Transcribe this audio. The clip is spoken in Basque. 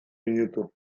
minutu